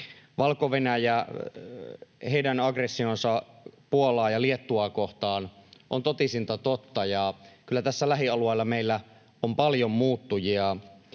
Valko-Venäjän aggressio Puolaa ja Liettuaa kohtaan on totisinta totta, ja kyllä tässä lähialueilla meillä on paljon muuttujia.